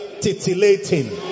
titillating